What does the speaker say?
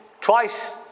twice